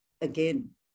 again